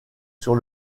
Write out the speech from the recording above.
sur